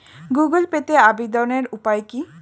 Google পেতে আবেদনের উপায় কি?